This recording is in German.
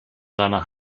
seiner